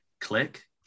Click